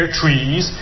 trees